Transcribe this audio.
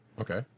Okay